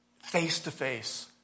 face-to-face